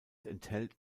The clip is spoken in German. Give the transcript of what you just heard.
enthält